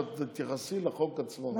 שאת תתייחסי לחוק עצמו.